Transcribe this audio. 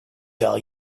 tell